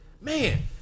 man